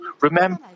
remember